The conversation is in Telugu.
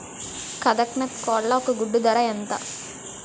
కదక్నత్ కోళ్ల ఒక గుడ్డు ధర ఎంత?